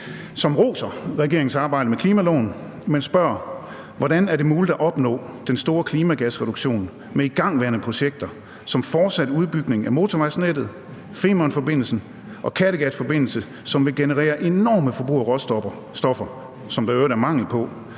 som roser regeringens arbejde med klimaloven, men spørger: Hvordan er det muligt at opnå den store klimagasreduktion med igangværende projekter, såsom en fortsat udbygning af motorvejsnettet, Femernforbindelsen og en Kattegatforbindelse, som vil generere et enormt forbrug af råstoffer, som der i øvrigt er mangel på,